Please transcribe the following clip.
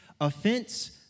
Offense